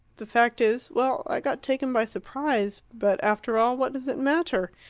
the fact is well, i got taken by surprise, but after all, what does it matter?